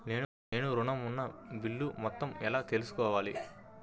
నేను ఋణం ఉన్న బిల్లు మొత్తం ఎలా తెలుసుకోవాలి?